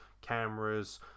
cameras